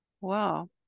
Wow